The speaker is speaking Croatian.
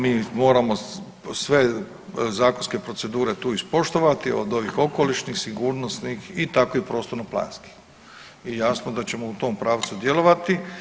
Mi moramo sve zakonske procedure tu ispoštovati od ovih okolišnih, sigurnosnih i takvih prostorno planskih i jasno da ćemo u tom pravcu djelovati.